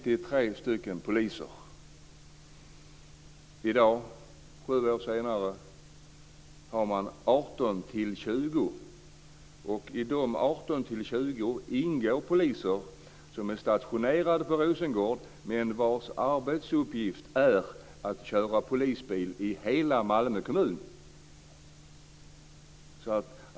I dag, sju år senare, har man 18-20. I dessa 18 20 ingår poliser som är stationerade i Rosengård men vars arbetsuppgift är att köra polisbil i hela Malmö kommun.